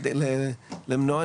כדי למנוע.